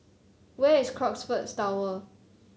where is Crockfords Tower